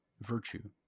virtue